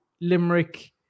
Limerick